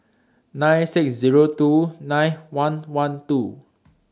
nine thousand six hundred and two nine thousand one hundred and twelve